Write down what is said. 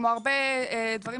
כמו הרבה דברים